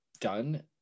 done